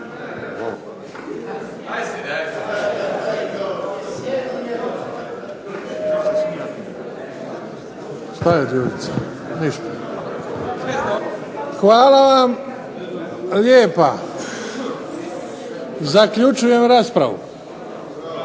Hvala vam lijepa. Zaključujem raspravu.